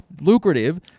lucrative